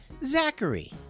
Zachary